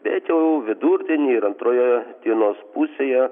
bet jau vidurdienį ir antroje dienos pusėje